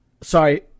sorry